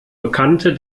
bekannte